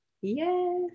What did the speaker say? Yes